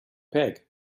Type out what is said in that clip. pig